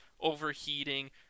overheating